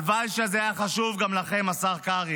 הלוואי שזה היה חשוב גם לכם, השר קרעי,